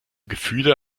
gefühle